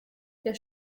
der